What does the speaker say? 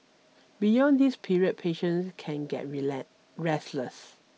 beyond this period patients can get restless